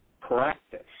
practice